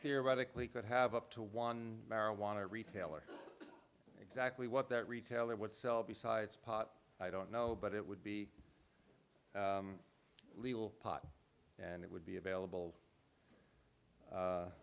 theoretically could have up to one marijuana retailer exactly what that retailer would sell besides pot i don't know but it would be legal pot and it would be available